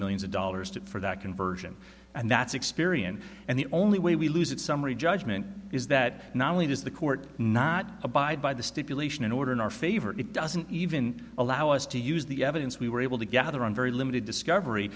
millions of dollars to for that conversion and that's experion and the only way we lose it summary judgment is that not only does the court not abide by the stipulation in order in our favor it doesn't even allow us to use the evidence we were able to gather on very limited discovery